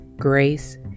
grace